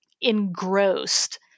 engrossed